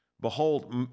Behold